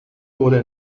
wurde